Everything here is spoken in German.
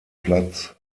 platz